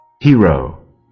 Hero